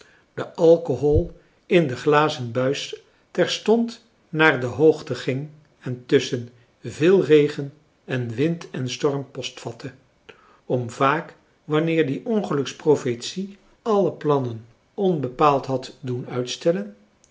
de alcohol in de glazen buis terstond naar de hoogte ging en tusschen veel regen en wind en storm postvatte om vaak wanneer die ongeluksprofetie alle plannen onbepaald françois haverschmidt familie en kennissen had doen uitstellen